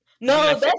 no